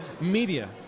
media